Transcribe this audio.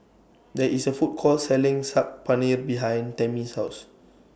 There IS A Food Court Selling Saag Paneer behind Tamie's House